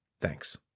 Thanks